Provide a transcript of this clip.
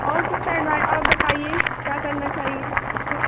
اور کچھ ایڈوائز اور بتائیے کیا کرنا چاہیے کچھ